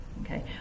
Okay